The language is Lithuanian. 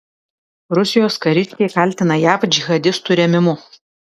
rusijos kariškiai kaltina jav džihadistų rėmimu